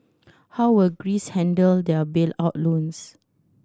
how will Greece handle their bailout loans